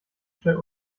schnell